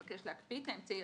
מבקש להקפיא את האמצעי,